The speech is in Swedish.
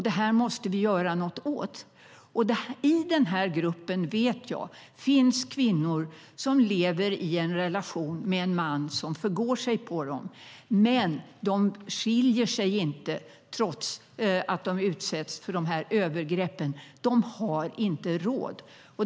Detta måste vi göra någonting åt.I den här gruppen vet jag att det finns kvinnor som lever i en relation med en man som förgriper sig på dem, men de skiljer sig inte trots att de utsätts för övergrepp. De har inte råd.